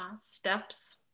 steps